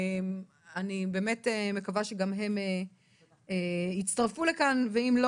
אני באמת מקווה שגם הם יצטרפו לכאן ואם לא